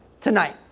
tonight